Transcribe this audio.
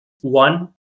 one